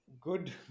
good